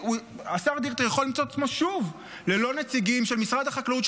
השר דיכטר יכול למצוא את עצמו שוב ללא נציגים של משרד החקלאות,